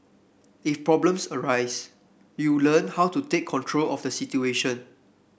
if problems arise you learn how to take control of the situation